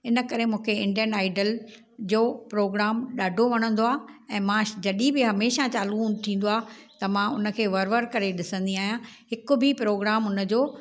इनकरे मूंखे Indian Idol जो प्रोग्राम ॾाढो वणंदो आहे ऐं मां जॾहिं बि हमेशह चालू थींदो आहे त मां हुनखे वर वर करे ॾिसंदी आहियां हिकु बि प्रोगाम हुनजो